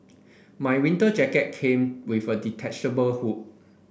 my winter jacket came with a detachable hood